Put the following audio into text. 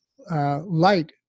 Light